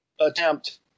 attempt